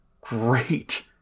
Great